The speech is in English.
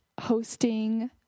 hosting